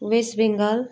West Bengal